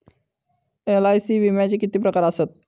LIC विम्याचे किती प्रकार आसत?